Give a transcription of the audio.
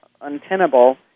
untenable